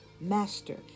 Master